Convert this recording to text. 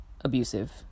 abusive